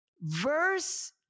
verse